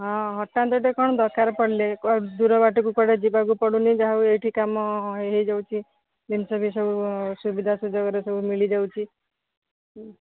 ହଁ ହଠାତ୍ ଏଟେ କ'ଣ ଦରକାର ପଡ଼ିଲେ ଦୂର ବାଟକୁ କୁଆଡ଼େ ଯିବାକୁ ପଡ଼ୁନି ଯାହା ହଉ ଏଇଠି କାମ ହେଇଯାଉଛି ଜିନିଷ ବି ସବୁ ସୁବିଧା ସୁଯୋଗରେ ସବୁ ମିଳିଯାଉଛି